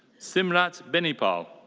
simrat benipal.